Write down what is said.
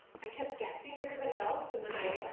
i kept guessing everybody else and then i